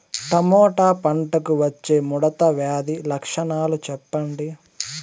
Tomato పంటకు వచ్చే ముడత వ్యాధి లక్షణాలు చెప్పండి?